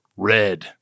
Red